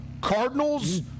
Cardinals